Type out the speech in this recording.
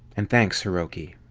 and thanks, hiroki.